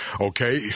Okay